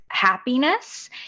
happiness